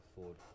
afford